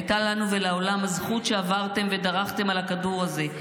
הייתה לנו ולעולם הזכות שעברתם ודרכתם על הכדור הזה,